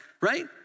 right